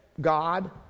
God